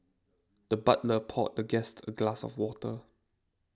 the butler poured the guest a glass of water